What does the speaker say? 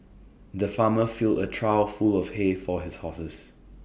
the farmer filled A trough full of hay for his horses